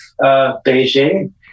Beijing